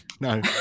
no